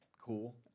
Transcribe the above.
cool